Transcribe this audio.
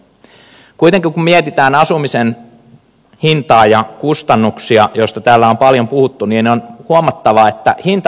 kuitenkin kun mietitään asumisen hintaa ja kustannuksia joista täällä on paljon puhuttu on huomattava että hinta määräytyy markkinoilla